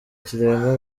kirenga